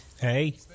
hey